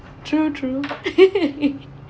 true true